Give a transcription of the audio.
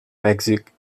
mèxic